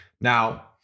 now